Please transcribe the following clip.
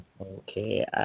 Okay